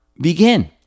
begin